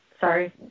Sorry